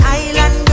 island